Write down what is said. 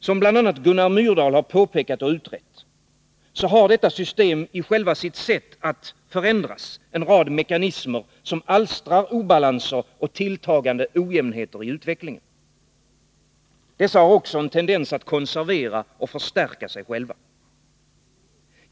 Som bl.a. Gunnar Myrdal påpekat och utrett har detta system i själva sitt sätt att förändras en rad mekanismer som alstrar obalanser och tilltagande ojämnheter i utvecklingen. Dessa har en tendens att konservera och förstärka sig själva.